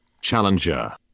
Challenger